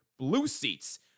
BLUESEATS